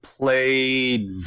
played